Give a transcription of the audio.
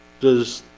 does